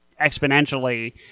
exponentially